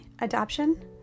adoption